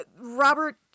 Robert